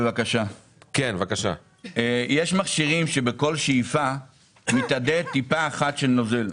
יש מכשירים שבכל שאיפה מתאדית טיפה אחת של נוזל.